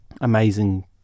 amazing